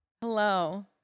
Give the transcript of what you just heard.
Hello